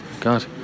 God